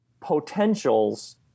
potentials